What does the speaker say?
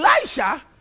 Elisha